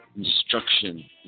destruction